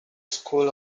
school